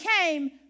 came